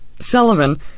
Sullivan